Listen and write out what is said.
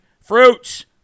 fruits